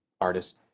artist